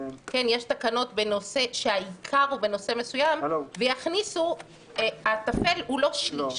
יש תקנות שהעיקר הוא בנושא מסוים ויכניסו התפל הוא לא שליש.